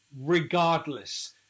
regardless